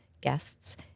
guests